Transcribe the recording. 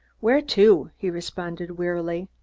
where to? he responded wearily.